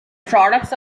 products